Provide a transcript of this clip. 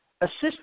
Assist